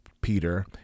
Peter